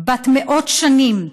בת מאות שנים,